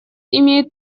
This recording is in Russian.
имеют